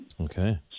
Okay